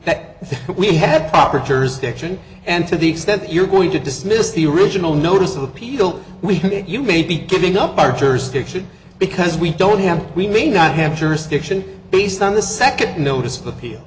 that we have proper jurisdiction and to the extent you're going to dismiss the original notice of appeal we get you may be giving up our jurisdiction because we don't have we may not have jurisdiction based on the second notice of appeal